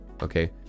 Okay